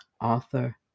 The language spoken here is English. Author